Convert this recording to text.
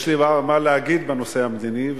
יש לי מה להגיד בנושא המדיני,